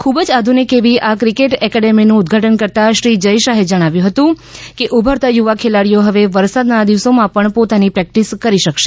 ખુબજ આધુનિક એવી આ ક્રિકેટ અકેડેમીનું ઉદઘાટન કરતાં શ્રી જય શાહે જણાવ્યું હતું કે ઊભરતા યુવા ખેલાડીઓ હવે વરસાદના દિવસોમાં પણ પોતાની પ્રેક્ટિસ કરી શકશે